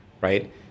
right